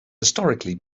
historically